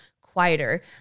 quieter